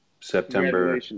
September